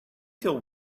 till